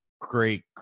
great